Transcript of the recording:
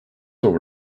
over